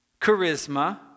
charisma